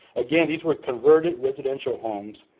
again, these were converted residential homes.